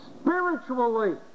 spiritually